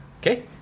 okay